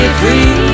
free